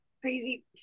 crazy